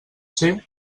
ser